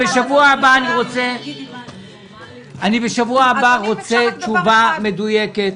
בשבוע הבא אני רוצה תשובה מדויקת.